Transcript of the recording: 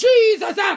Jesus